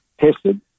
tested